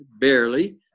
barely